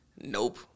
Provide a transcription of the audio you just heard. Nope